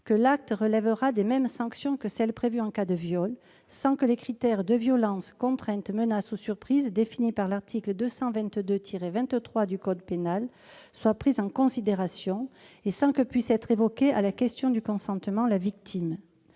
que l'acte sera passible des mêmes sanctions que celles prévues en cas de viol, sans que les critères de violence, contrainte, menace ou surprise définis par l'article 222-23 du code pénal soient pris en considération et sans que puisse être évoquée la question du consentement de la victime.